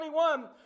21